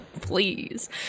Please